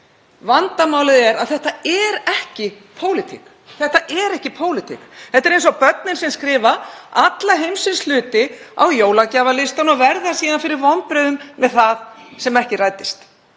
Vandamálið er að þetta er ekki pólitík. Þetta er ekki pólitík. Þetta er eins og börnin sem skrifa alla heimsins hluti á jólagjafalistann og verða síðan fyrir vonbrigðum með það sem ekki rætist.